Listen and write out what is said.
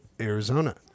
Arizona